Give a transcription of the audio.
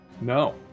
No